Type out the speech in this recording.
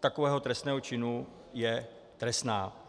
takového trestného činu je trestná.